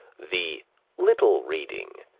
the little reading,